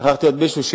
שכחתי עוד מישהו?